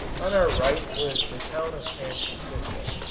on our right was the town of san francisco.